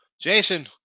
Jason